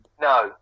No